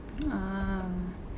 ah